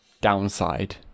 downside